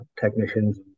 technicians